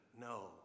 No